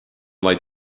vaid